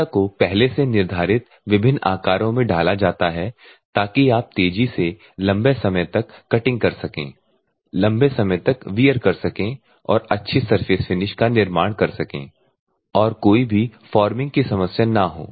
media को पहले से निर्धारित विभिन्न आकारों में ढाला जाता है ताकि आप तेजी से लंबे समय तक कटिंग कर सकें लंबे समय तक वियर कर सके और अच्छी सरफेस फिनिश का निर्माण कर सकें और कोई भी फोमिंग की समस्या ना हो